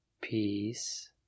Peace